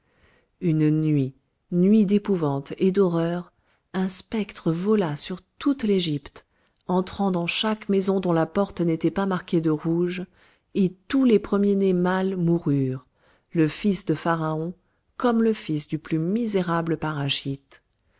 une nuit nuit d'épouvante et d'horreur un spectre vola sur toute l'égypte entrant dans chaque maison dont la porte n'était pas marquée de rouge et tous les premiers-nés mâles moururent le fils de pharaon comme le fils du plus misérable paraschiste